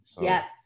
Yes